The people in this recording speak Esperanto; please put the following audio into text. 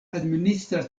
administra